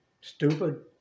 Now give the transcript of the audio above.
stupid